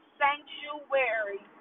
sanctuary